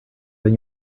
than